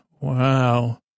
wow